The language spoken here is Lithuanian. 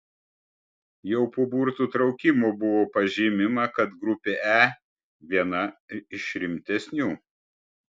jau po burtų traukimo buvo pažymima kad grupė e viena iš rimtesnių